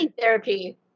therapy